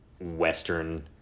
western